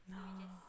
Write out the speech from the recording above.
no